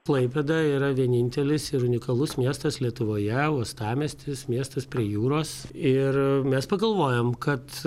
klaipėda yra vienintelis ir unikalus miestas lietuvoje uostamiestis miestas prie jūros ir mes pagalvojom kad